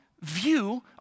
view